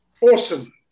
Awesome